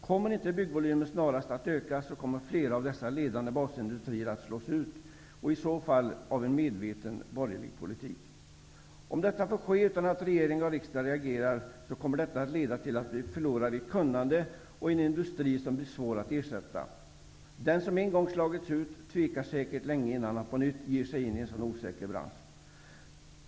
Kommer inte byggvolymen snarast att öka, kommer flera av dessa ledande basindustrier att slås ut, i så fall av en medveten borgerlig politik. Om detta får ske utan att regering och riksdag reagerar kommer det att leda till att vi förlorar ett kunnande och en industri som blir svår att ersätta. Den som en gång slagits ut tvekar säkert länge innan han på nytt ger sig in i en så osäker bransch.